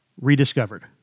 rediscovered